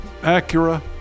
Acura